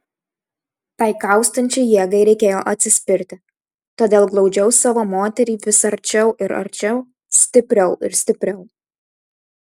tai kaustančiai jėgai reikėjo atsispirti todėl glaudžiau savo moterį vis arčiau ir arčiau stipriau ir stipriau